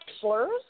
slurs